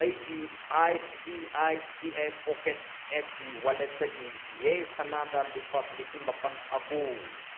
ꯑꯩꯒꯤ I C I C I pocket ꯑꯦꯞꯀꯤ ꯋꯥꯜꯂꯦꯠꯇꯒꯤ ꯌꯥꯏꯁꯅꯥꯗ ꯂꯨꯄꯥ ꯂꯤꯁꯤꯡ ꯃꯥꯄꯜ ꯊꯥꯈꯣ